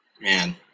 man